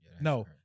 No